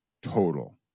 Total